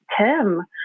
Tim